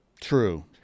True